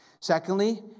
Secondly